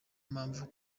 mpamvu